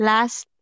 Last